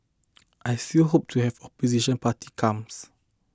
I still hope to have opposition party comes